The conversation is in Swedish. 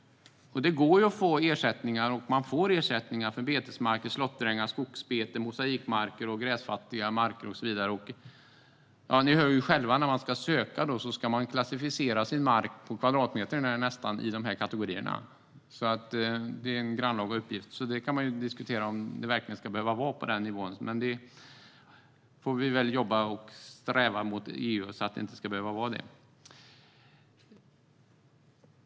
Det går att få ersättningar. Man får ersättningar för betesmarker, slåtterängar, skogsbete, mosaikmarker, gräsfattiga marker och så vidare. Ni hör själva! När man ska söka ersättning ska man klassificera sin mark nästan på kvadratmetern när i dessa kategorier. Det är en grannlaga uppgift, och man kan diskutera om det verkligen ska behöva vara på den nivån. Vi får jobba och sträva med detta gentemot EU så att det inte ska behöva vara så.